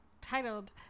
titled